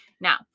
Now